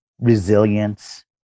resilience